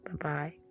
Bye-bye